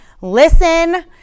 listen